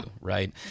right